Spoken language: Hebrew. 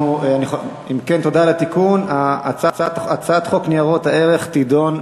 אני קובע שהצעת חוק ניירות ערך (תיקון מס'